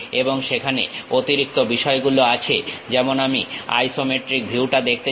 এবং সেখানে অতিরিক্ত বিষয়গুলো আছে যেমন আমি আইসোমেট্রিক ভিউ টা দেখতে চাই